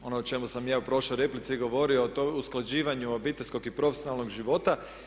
Ono o čemu sam ja u prošloj replici govorio a to je o usklađivanju obiteljskog i profesionalnog života.